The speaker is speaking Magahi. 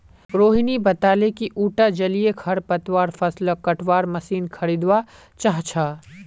रोहिणी बताले कि उटा जलीय खरपतवार फ़सलक कटवार मशीन खरीदवा चाह छ